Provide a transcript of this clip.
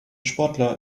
sportler